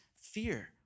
fear